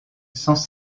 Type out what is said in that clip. sans